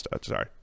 sorry